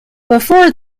before